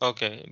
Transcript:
Okay